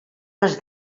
les